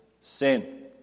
sin